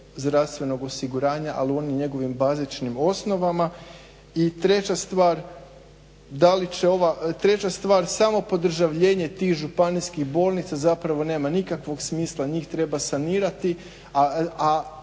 zdravstvenog osiguranja ali u onim njegovim bazičnim osnovama. I treća stvar, samo podržavljenje tih županijskih bolnica zapravo nema nikakvog smisla, njih treba sanirati a